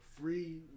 free